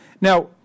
Now